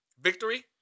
Victory